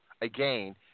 again